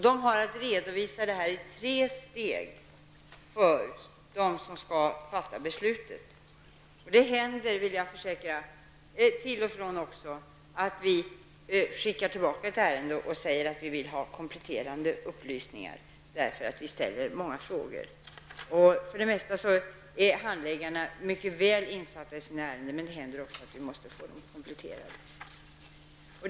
De har att redovisa detta i tre steg för dem som skall fatta besluten. Jag kan försäkra att det händer att regeringen skickar tillbaka ärenden för att få kompletterande upplysningar då många frågor har ställts. För det mesta är handläggarna mycket väl insatta i ärendena, men det händer att det behövs kompletteringar.